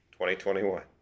2021